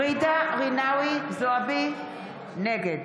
(קוראת בשמות חברי הכנסת) ג'ידא רינאוי זועבי, נגד